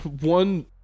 one